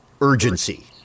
urgency